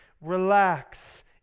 Relax